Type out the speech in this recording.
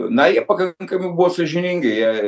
na jie pakankamai buvo sąžiningi jie